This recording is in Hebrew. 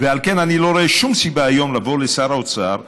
ועל כן אני לא רואה שום סיבה היום לבוא לשר האוצר ולהגיד: